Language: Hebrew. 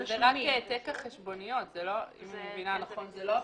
זה רק העתק החשבוניות, זה לא הפירוט.